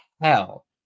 hell